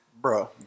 Bro